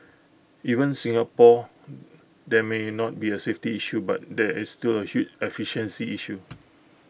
even Singapore there may not be A safety issue but there is still A huge efficiency issue